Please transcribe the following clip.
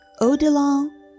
Odilon